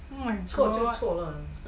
oh my god